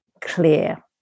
clear